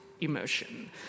emotion